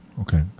Okay